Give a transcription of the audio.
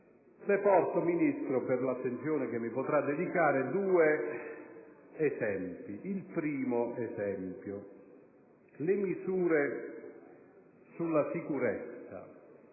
Le porto, signor Ministro, per l'attenzione che potrà dedicarvi, due esempi. Il primo riguarda le misure sulla sicurezza.